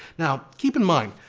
now keep in mind,